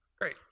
Great